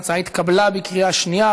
ההצעה התקבלה בקריאה שנייה.